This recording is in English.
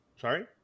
Sorry